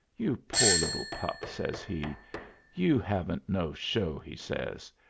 you poor little pup, says he you haven't no show, he says.